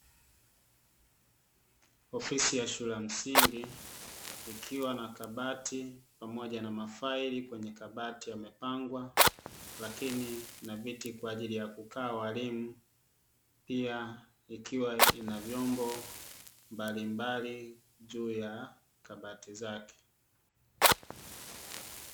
Ofisi ya shule ya msingi, ikiwa na kabati pamoja na mafaili kwenye kabati yamepangwa, lakini na vyeti kwa ajili ya kukaa waalimu, pia ikiwa ina vyombo mbalimbali juu ya kabati zake.